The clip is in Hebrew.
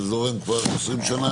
וזה זורם כבר 20 שנה,